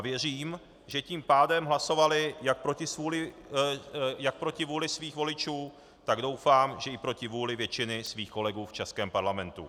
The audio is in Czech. A věřím, že tím pádem hlasovali jak proti vůli svých voličů, tak doufám, že i proti vůli většiny svých kolegů v českém parlamentu.